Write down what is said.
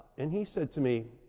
and he said to me,